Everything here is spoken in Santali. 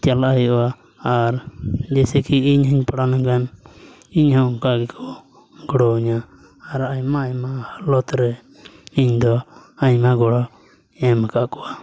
ᱪᱟᱞᱟᱜ ᱦᱩᱭᱩᱜᱼᱟ ᱟᱨ ᱡᱮᱭᱥᱮ ᱠᱤ ᱤᱧᱦᱚᱧ ᱯᱟᱲᱟᱣ ᱞᱮᱱᱠᱷᱟᱱ ᱤᱧᱦᱚᱸ ᱚᱱᱠᱟ ᱜᱮᱠᱚ ᱜᱚᱲᱚᱣᱟᱹᱧᱟ ᱟᱨ ᱟᱭᱢᱟᱼᱟᱭᱢᱟ ᱦᱟᱞᱚᱛᱨᱮ ᱤᱧᱫᱚ ᱟᱭᱢᱟ ᱜᱚᱲᱚᱧ ᱮᱢ ᱟᱠᱟᱫ ᱠᱚᱣᱟ